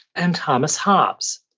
and thomas hobbes,